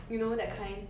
you know that kind